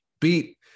beat